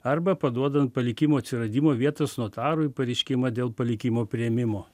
arba paduodant palikimo atsiradimo vietos notarui pareiškimą dėl palikimo priėmimo